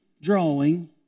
drawing